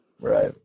right